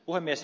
puhemies